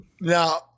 Now